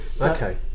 Okay